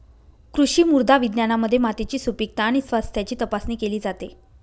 कृषी मृदा विज्ञानामध्ये मातीची सुपीकता आणि स्वास्थ्याची तपासणी केली जाते